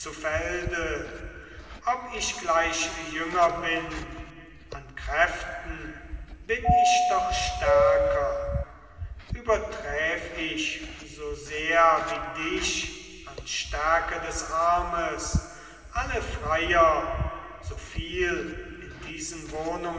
ob ich gleich jünger bin an kräften bin ich doch stärker überträf ich so sehr wie dich an stärke des armes alle freier so viel in diesen